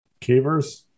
Cavers